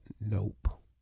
Nope